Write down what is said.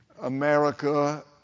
America